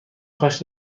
کاش